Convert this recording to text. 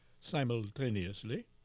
simultaneously